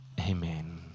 Amen